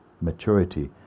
maturity